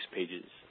pages